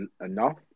enough